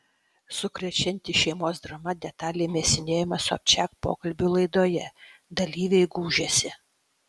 sukrečianti šeimos drama detaliai mėsinėjama sobčiak pokalbių laidoje dalyviai gūžiasi